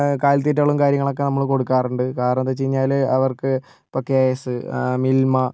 കാലിത്തീറ്റകളും കാര്യങ്ങളൊക്കെ നമ്മള് കൊടുക്കാറുണ്ട് കാരണമെന്താന്ന് വെച്ച് കഴിഞ്ഞാല് അവർക്ക് ഇപ്പോൾ കെ എസ് മിൽമ